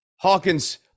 Hawkins